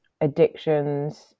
addictions